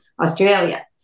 Australia